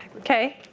okay.